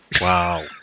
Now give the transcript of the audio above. Wow